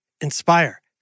Inspire